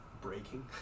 breaking